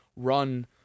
run